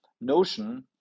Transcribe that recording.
notion